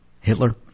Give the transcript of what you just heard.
Hitler